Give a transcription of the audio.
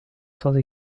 sans